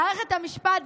מערכת המשפט,